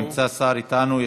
נמצא שר אתנו.